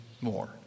more